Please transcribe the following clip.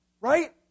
Right